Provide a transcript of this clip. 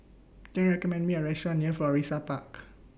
Can YOU recommend Me A Restaurant near Florissa Park